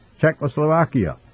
Czechoslovakia